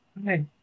okay